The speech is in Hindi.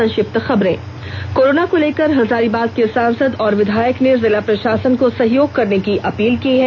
संक्षिप्त खबरें कोरोना को लेकर हजारीबाग के सांसद और विधायक ने जिला प्रशासन को सहयोग करने की घोषणा की है